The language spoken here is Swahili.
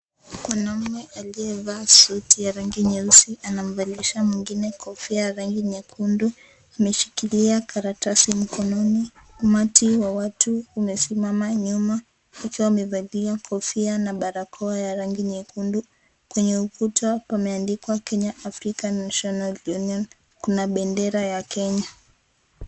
Mwanaume aliye vaa suti ya rangi nyeusi anamvalisha mwingine kofia ya rangi nyekundu, ameshikilia karatasi mkononi. Umati wa watu umesimama nyuma ukiwa wamevalia kofia na barakoa ya rangi nyekundu. Kwenye ukuta pameandukwa Kenya African National Union, Kuna bendera ya Kenya.